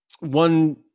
One